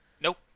nope